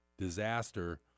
disaster